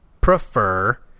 prefer